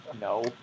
No